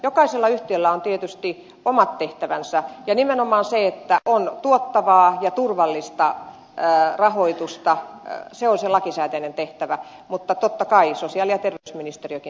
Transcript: jokaisella yhtiöllä on tietysti omat tehtävänsä ja nimenomaan se että on tuottavaa ja turvallista rahoitusta se on sen lakisääteinen tehtävä mutta totta kai sosiaali että ministeriökin